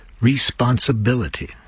responsibility